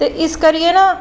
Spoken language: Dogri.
ते इस करियै ना